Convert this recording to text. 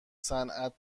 صنعت